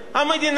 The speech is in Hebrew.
להגנת העורף,